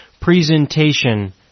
presentation